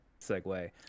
segue